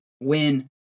win